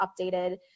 updated